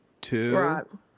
two